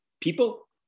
people